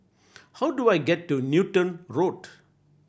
how do I get to Newton Road